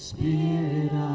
Spirit